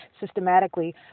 systematically